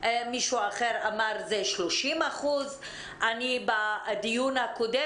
מישהו אחר אמר שזה 30%. בדיון הקודם